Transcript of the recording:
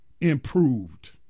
improved